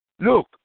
Look